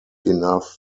enough